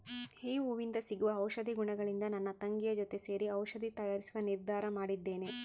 ಈ ಹೂವಿಂದ ಸಿಗುವ ಔಷಧಿ ಗುಣಗಳಿಂದ ನನ್ನ ತಂಗಿಯ ಜೊತೆ ಸೇರಿ ಔಷಧಿ ತಯಾರಿಸುವ ನಿರ್ಧಾರ ಮಾಡಿದ್ದೇನೆ